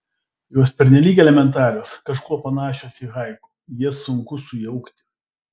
jos pernelyg elementarios kažkuo panašios į haiku jas sunku sujaukti